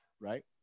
right